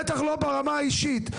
בטח לא ברמה האישית.